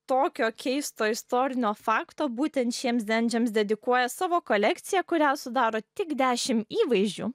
tokio keisto istorinio fakto būtent šiems dendžiams dedikuoja savo kolekciją kurią sudaro tik dešim įvaizdžių